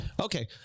Okay